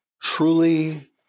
truly